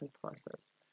process